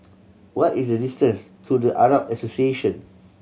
what is the distance to The Arab Association